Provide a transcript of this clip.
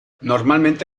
normalmente